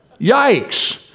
Yikes